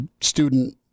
student